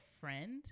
friend